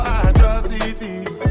atrocities